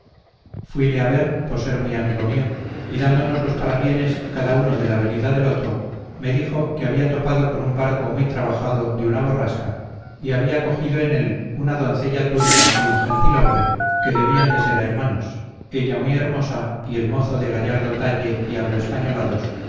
fuile a ver por ser muy amigo mío y dándonos los parabienes cada uno de la venida del otro me dijo que había topado con un barco muy trabajado de una borrasca y había cogido en él una doncella turca y un gentil hombre que debían de ser hermanos ella muy hermosa y el mozo de gallardo talle y algo españolados